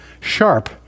sharp